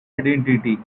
identity